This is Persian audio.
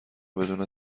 بدون